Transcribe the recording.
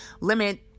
limit